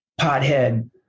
pothead